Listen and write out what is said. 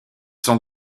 sont